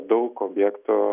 daug objektų